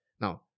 Now